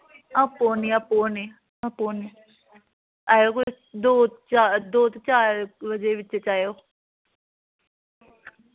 आपूं होनी आपूं होनी आपूं होनी आएओ कोई दो चार दो ते चार बजे बिच च आएओ